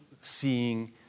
seeing